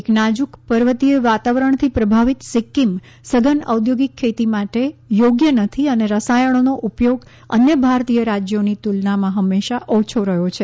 એક નાજુક પર્વતીય વાતાવરણથી પ્રભાવિત સિક્કિમ સઘન ઔદ્યોગિક ખેતી માટે થોગ્ય નથી અને રસાયણોનો ઉપયોગ અન્ય ભારતીય રાજ્યોની તુલનામાં હંમેશાં ઓછો રહ્યો છે